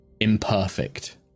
Imperfect